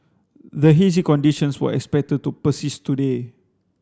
the hazy conditions were expected to persist today